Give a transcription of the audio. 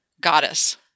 goddess